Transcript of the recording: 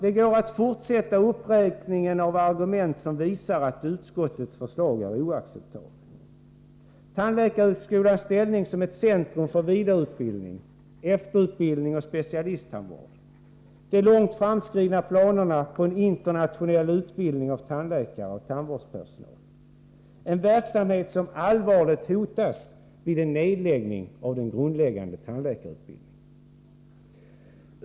Det går att fortsätta uppräkningen av argument som visar att utskottets förslag är oacceptabelt: tandläkarhögskolans ställning som ett centrum för vidareutbildning, efterutbildning och specialistvård, de långt framskridna planerna på en internationell utbildning av tandläkare och tandvårdspersonal och en verksamhet som allvarligt hotas vid en nedläggning av tandläkarutbildningen.